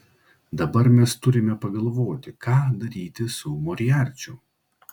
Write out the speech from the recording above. dabar mes turime pagalvoti ką daryti su moriarčiu